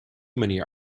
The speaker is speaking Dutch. manier